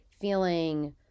feeling